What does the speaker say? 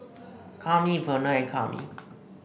Kami Verner and Kami